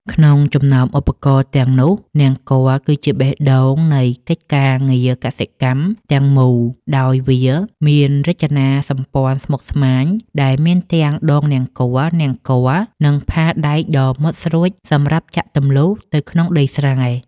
ក្នុងចំណោមឧបករណ៍ទាំងនោះ នង្គ័លគឺជាបេះដូងនៃកិច្ចការងារកសិកម្មទាំងមូល ដោយវាមានរចនាសម្ព័ន្ធស្មុគស្មាញដែលមានទាំងដងនង្គ័ល នង្គ័ល និងផាលដែកដ៏មុតស្រួចសម្រាប់ចាក់ទម្លុះទៅក្នុងដីស្រែ។